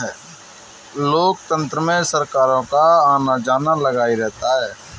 लोकतंत्र में सरकारों का आना जाना लगा ही रहता है